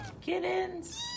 Kittens